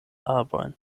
arbojn